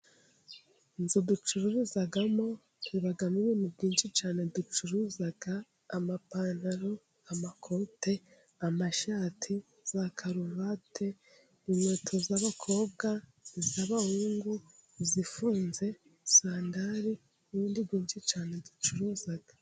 Inzu ducuruzamo ibamo ibintu byinshi cyane ducuruza, amapantaro, amakote, amashati, za karuvate, inkweto z'abakobwa, iz'abahungu, izifunze, sandari n'ibindi byinshi cyane ducuruza.